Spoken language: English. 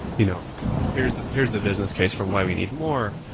you know here's here's the business case for why we need more,